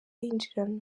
yinjirana